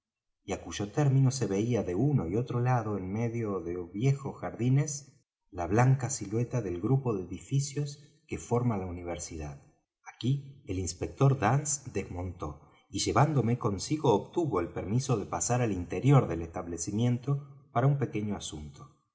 á cuyo término se veía de uno y otro lado en medio de viejos jardines la blanca silueta del grupo de edificios que forman la universidad aquí el inspector dance desmontó y llevándome consigo obtuvo el permiso de pasar al interior del establecimiento para un pequeño asunto